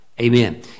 Amen